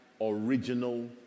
original